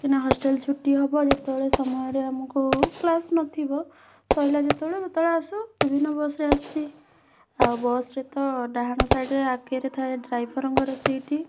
ଯୋଉଦିନ ହଷ୍ଟେଲ୍ ଛୁଟି ହେବ ଯେତେବେଳେ ସମୟରେ ଆମକୁ କ୍ଲାସ୍ ନଥିବ ସଇଲା ଯେତେବେଳେ ସେତେବେଳେ ଆସୁ ବିଭିନ୍ନ ବସ୍ରେ ଆସିଛି ଆଉ ବସ୍ରେ ତ ଡାହାଣ ସାଇଡ଼ ଆଗରେ ଥାଏ ଡ୍ରାଇଭର୍ଙ୍କ ସିଟ୍